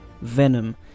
Venom